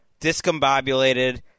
discombobulated